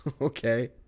Okay